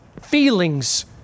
feelings